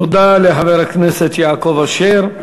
תודה לחבר הכנסת יעקב אשר.